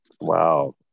Wow